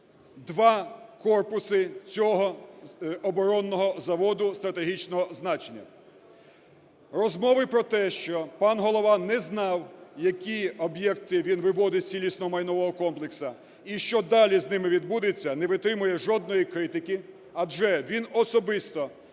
два корпуси цього оборонного заводу стратегічного значення. Розмови про те, що пан голова не знав, які об'єкти він виводить з цілісного майнового комплексу і що далі з ними відбудеться, не витримує жодної критики, адже він особисто